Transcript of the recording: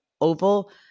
oval